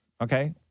Okay